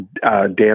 Dan